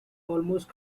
almost